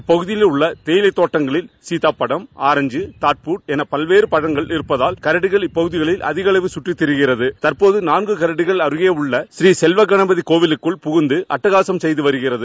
இப்பகுதிகளில் உள்ள தேயிலைத் தோட்டங்களில் சீத்தாப்பழம் ஆரஞ்ச் தாட்பூட் என பல்வேறு பழங்கள் இருப்பதால் கரடிகள் இப்பகுதிகளில் அதிகளவில் கற்றித் திரிகிறது தற்போது நான்கு கரடிகள் அருகேயுள்ள ஸ்ரீசெல்வகணபதி கோவிலுக்குள் புகுந்து அட்டகாசம் செய்து வருகிறது